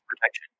protection